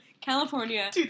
California